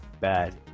bad